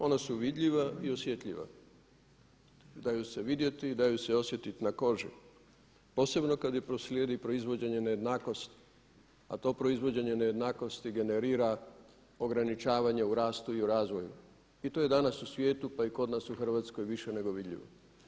Ona su vidljiva i osjetljiva, daju se vidjeti i daju se osjetiti na koži posebno kad je posrijedi proizvođenje nejednakosti, a to proizvođenje nejednakosti generira ograničavanje u rastu i u razvoju i to je danas u svijetu pa i kod nas u Hrvatskoj više nego vidljivo.